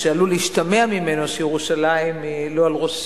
שעלול להשתמע ממנו שירושלים לא על ראש